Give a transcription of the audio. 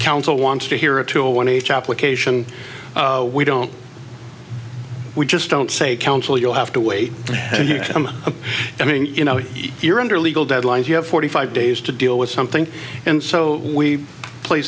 council wants to hear a two a one h application we don't we just don't say counsel you'll have to wait i mean you know you're under legal deadlines you have forty five days to deal with something and so we pla